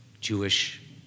Jewish